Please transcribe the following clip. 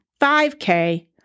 5K